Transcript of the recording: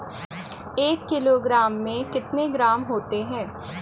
एक किलोग्राम में कितने ग्राम होते हैं?